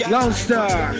Longstar